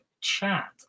Chat